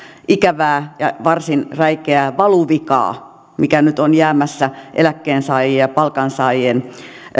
ikävää ja varsin räikeää valuvikaa mikä nyt on jäämässä eläkkeensaajien ja palkansaajien